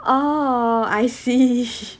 oh I see